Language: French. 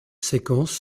séquences